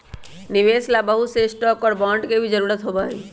निवेश ला बहुत से स्टाक और बांड के भी जरूरत होबा हई